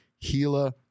gila